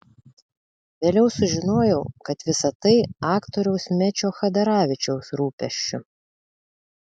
vėliau sužinojau kad visa tai aktoriaus mečio chadaravičiaus rūpesčiu